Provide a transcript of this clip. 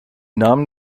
namen